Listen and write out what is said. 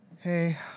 hey